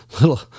little